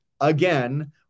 again